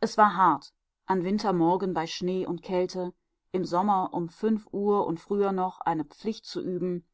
es war hart an wintermorgen bei schnee und kälte im sommer um fünf uhr und früher noch eine pflicht zu üben